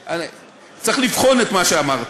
צריך לבחון את מה שאמרת.